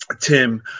Tim